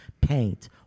paint